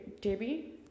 Debbie